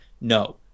No